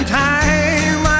time